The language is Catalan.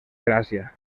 gràcia